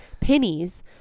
pennies